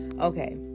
okay